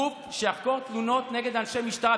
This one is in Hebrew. גוף שיחקור תלונות נגד אנשי המשטרה,